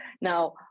now